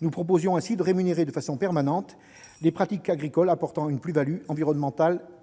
Nous proposions ainsi de rémunérer de façon permanente les pratiques agricoles ayant une plus-value environnementale et